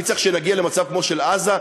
אני צריך שנגיע למצב כמו של עזה,